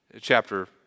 chapter